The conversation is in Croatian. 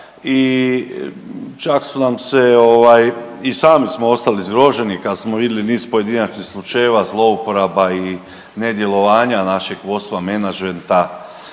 i čak su nam se i sami smo ostali zgroženi kad smo vidjeli niz pojedinačnih slučajeva, zlouporaba i nedjelovanja našeg vodstva menadžmenta,